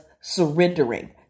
surrendering